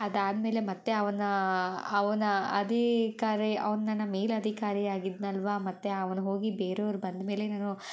ಅದಾದಮೇಲೆ ಮತ್ತೆ ಅವನ ಅವನ ಅಧಿಕಾರಿ ಅವ್ನು ನನ್ನ ಮೇಲಾಧಿಕಾರಿ ಆಗಿದ್ನಲ್ವಾ ಮತ್ತೆ ಅವನು ಹೋಗಿ ಬೇರೆಯವ್ರು ಬಂದಮೇಲೆ ನಾನು